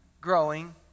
growing